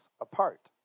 apart